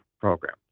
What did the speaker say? program